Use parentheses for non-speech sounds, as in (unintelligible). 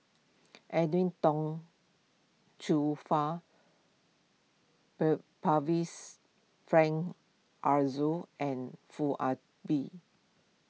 Edwin Tong Chun Fai (unintelligible) Frank Aroozoo and Foo Ah Bee